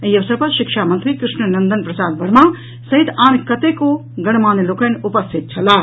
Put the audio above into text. एहि अवसर पर शिक्षा मंत्री कृष्णनंदन वर्मा सहित आन कतेको गणमान्य लोकनि उपस्थित छलाह